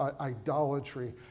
idolatry